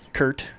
kurt